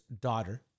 daughter